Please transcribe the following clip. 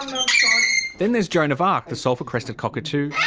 then there's joan of arc, the sulphur-crested cockatoo.